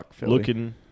looking